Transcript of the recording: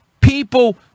people